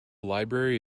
library